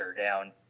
down